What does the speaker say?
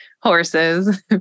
horses